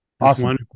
Awesome